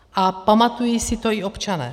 A pamatují si to i občané.